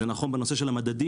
זה נכון בנושא של הממדים,